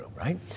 right